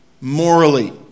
morally